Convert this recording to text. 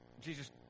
Jesus